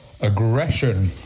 aggression